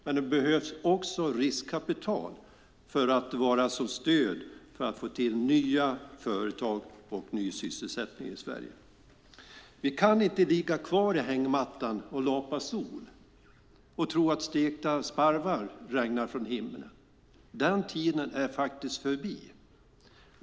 Men det behövs också riskkapital som stöd, för att få till nya företag och ny sysselsättning i Sverige. Vi kan inte ligga kvar i hängmattan och lapa sol och tro att stekta sparvar regnar från himlen. Den tiden är faktiskt förbi.